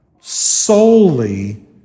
solely